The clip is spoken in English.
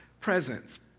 presence